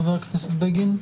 חבר הכנסת בגין.